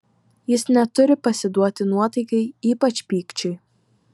jis neturi pasiduoti nuotaikai ypač pykčiui